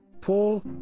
Paul